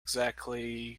exactly